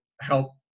help